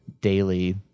daily